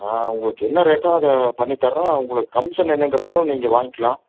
ஆ உங்களுக்கு என்ன ரேட்டோ அதை பண்ணி தரோம் உங்களுக்கு கமிஷன் என்னன்றது வந்து நீங்கள் வாங்க்கலாம்